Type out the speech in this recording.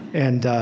and,